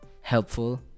helpful